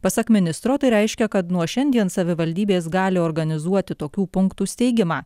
pasak ministro tai reiškia kad nuo šiandien savivaldybės gali organizuoti tokių punktų steigimą